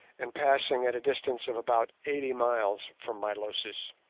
and passing at a distance of about eighty miles from milosis,